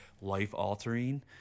life-altering